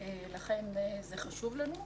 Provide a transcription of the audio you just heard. לכן זה חשוב לנו.